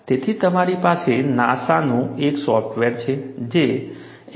તેથી તમારી પાસે નાસાનું એક સોફ્ટવેર છે જે NASGRO 3